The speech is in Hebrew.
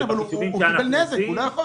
כן, אבל נגרם לו נזק, הוא מתמוטט.